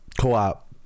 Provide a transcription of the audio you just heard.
co-op